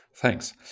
Thanks